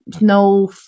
no